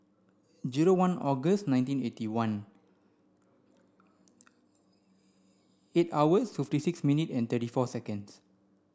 zero one August nineteen eighty one eight hours to fifty six minute and thirty four seconds